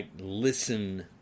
listen